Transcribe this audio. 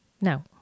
No